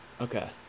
Okay